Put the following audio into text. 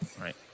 Right